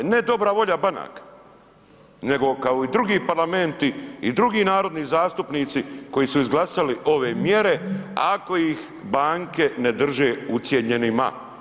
Ne dobra volja banka nego kao i drugi parlamenti i drugi narodni zastupnici koji su izglasali ove mjere ako ih banke ne drže ucijenjenima.